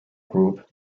group